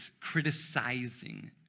criticizing